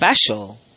special